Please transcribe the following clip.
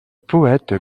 poète